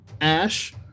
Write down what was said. Ash